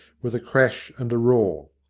with a crash and a roar.